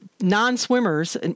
non-swimmers